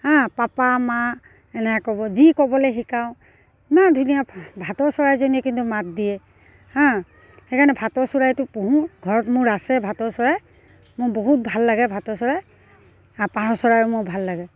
হাঁ পাপা মা এনেকৈ ক'ব যি ক'বলৈ শিকাওঁ ইমান ধুনীয়া ভাতৌ চৰাইজনীয়ে কিন্তু মাত দিয়ে হাঁ সেইকাৰণে ভাতৌ চৰাইটো পোহোঁ ঘৰত মোৰ আছে ভাতৌ চৰাই মোৰ বহুত ভাল লাগে ভাতৌ চৰাই আৰু পাৰ চৰায়ো মোৰ ভাল লাগে